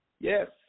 Yes